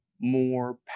more